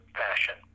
fashion